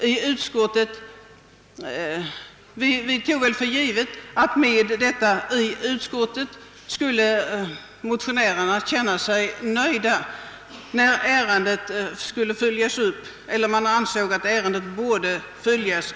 I utskottet tog vi för givet att motionärerna skulle känna sig nöjda med detta när ärendet skulle fullföljas.